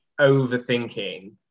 overthinking